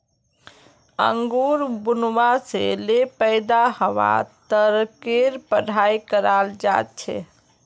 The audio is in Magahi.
अंगूर बुनवा से ले पैदा हवा तकेर पढ़ाई कराल जा छे